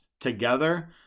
together